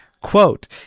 Quote